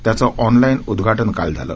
त्याचं ऑनलाईन उद्घाटन काल झालं